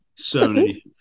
Sony